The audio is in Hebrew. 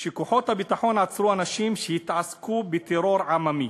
שכוחות הביטחון עצרו אנשים שהתעסקו בטרור עממי.